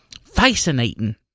fascinating